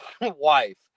wife